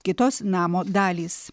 kitos namo dalys